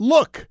Look